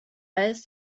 else